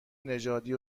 نژادی